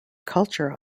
culture